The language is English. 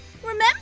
Remember